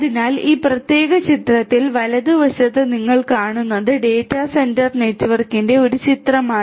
അതിനാൽ ഈ പ്രത്യേക ചിത്രത്തിൽ വലതുവശത്ത് നിങ്ങൾ കാണുന്നത് ഡാറ്റാ സെന്റർ നെറ്റ്വർക്കിന്റെ ഒരു ചിത്രമാണ്